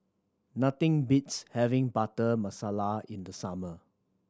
nothing beats having Butter Masala in the summer